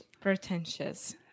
pretentious